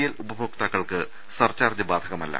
L ഉപഭോക്താ ക്കൾക്ക് surcharge ബാധകമല്ല